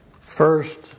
First